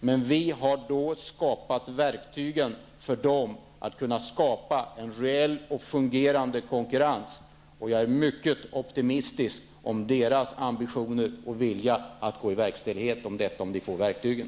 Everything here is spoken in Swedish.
Men vi har då skapat verktygen för dem att åstadkomma en rejäl och fungerande konkurrens. Jag är mycket optimistisk om deras ambitioner och vilja att verkställa detta, om de får verktygen.